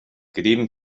crim